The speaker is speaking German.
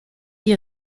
die